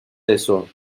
eso